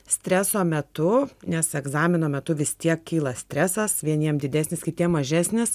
streso metu nes egzamino metu vis tiek kyla stresas vieniem didesnis kitiem mažesnis